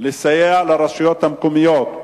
לסייע לרשויות המקומיות.